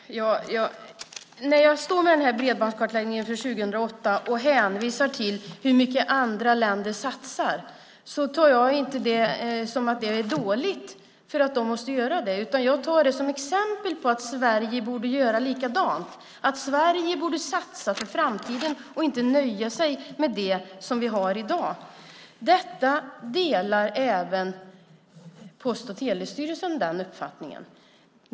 Herr talman! När jag står här med bredbandskartläggningen för 2008 och hänvisar till hur mycket andra länder satsar menar jag inte att det är dåligt att de måste göra det, utan jag tar det som ett exempel på att Sverige borde göra likadant. Sverige borde satsa för framtiden och inte nöja sig med det vi har i dag. Denna uppfattning delar även Post och telestyrelsen.